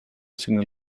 signal